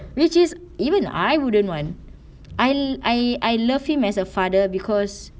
which is even I wouldn't want I I I love him as a father because